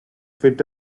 fit